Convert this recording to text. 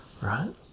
Right